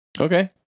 Okay